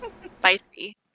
Spicy